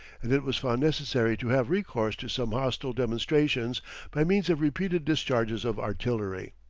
and it was found necessary to have recourse to some hostile demonstrations by means of repeated discharges of artillery.